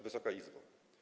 Wysoka Izbo!